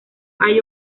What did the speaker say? hay